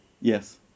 Yes